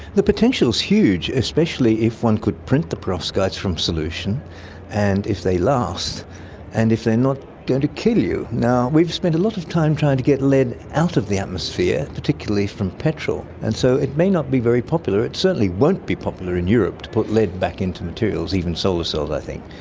the potential is huge, especially if one could print the perovskites from solution and if they last and if are not going to kill you. know we've spent a lot of time trying to get lead out of the atmosphere, particularly from petrol, and so it may not be very popular. it certainly won't be popular in europe, to put lead back into materials, even solar cells i think.